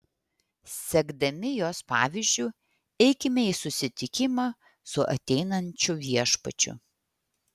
sekdami jos pavyzdžiu eikime į susitikimą su ateinančiu viešpačiu